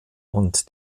und